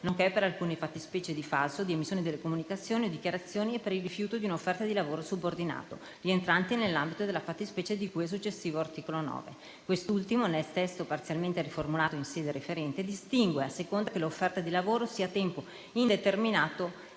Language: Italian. nonché per alcune fattispecie di falso o di omissione nelle comunicazioni o dichiarazioni e per il rifiuto di un'offerta di lavoro subordinato rientrante nell'ambito della fattispecie di cui al successivo articolo 9. Quest'ultimo, nel testo parzialmente riformulato in sede referente, distingue a seconda che l'offerta di lavoro sia a tempo indeterminato